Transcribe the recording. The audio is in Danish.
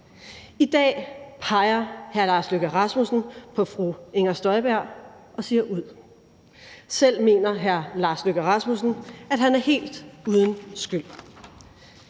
I dag peger hr. Lars Løkke Rasmussen på fru Inger Støjberg og siger: Ud. Selv mener hr. Lars Løkke Rasmussen, at han er helt uden skyld.